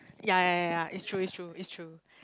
ya ya ya it's true it's true it's true